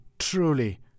truly